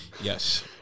Yes